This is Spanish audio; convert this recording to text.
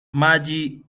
maggie